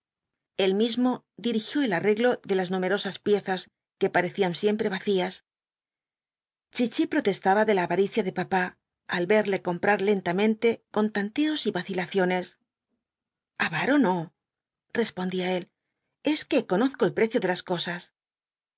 el mismo dirigió el arreglo de las numerosas piezas que parecían siempre vacías chichi protestaba de la avaricia de papá al verle comprar lentamente con tanteos y vacilaciones avaro no respondía él es que conozco ei pre ció de las cosas